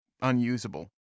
unusable